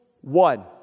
one